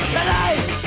Tonight